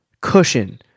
cushion